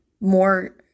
more